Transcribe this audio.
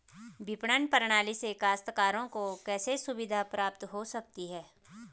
विपणन प्रणाली से काश्तकारों को कैसे सुविधा प्राप्त हो सकती है?